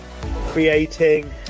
creating